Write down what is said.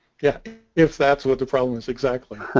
yeah if that's what the problem is exactly